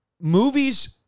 Movies